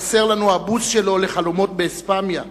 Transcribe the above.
חסר לנו הבוז שלו לחלומות באספמיה.